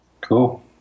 Cool